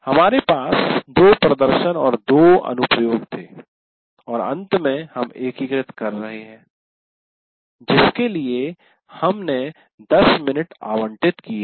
हमारे पास 2 प्रदर्शन और 2 अनुप्रयोग थे और अंत में हम एकीकृत कर रहे हैं जिसके लिए हमने 10 मिनट आवंटित किए हैं